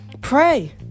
Pray